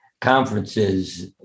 conferences